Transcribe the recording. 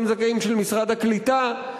גם זכאים של משרד הקליטה,